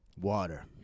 Water